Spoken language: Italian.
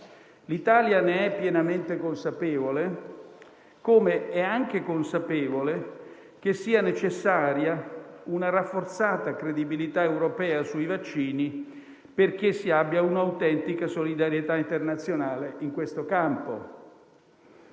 L'Italia ne è pienamente consapevole, come lo è che sia necessaria una rafforzata credibilità europea sui vaccini, perché si abbia un'autentica solidarietà internazionale in questo campo.